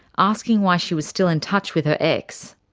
asking why she was still in touch with her ex.